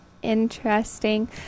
interesting